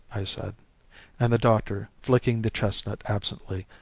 i said and the doctor, flicking the chestnut absently,